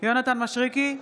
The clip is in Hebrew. יונתן מישרקי,